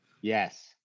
Yes